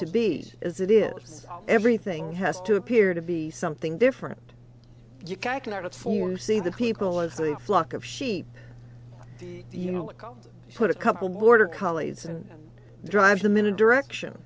to be as it is everything has to appear to be something different you cannot afford to see the people as a flock of sheep you know put a couple border collies and drive them in a direction